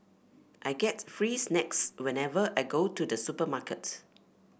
I get free snacks whenever I go to the supermarket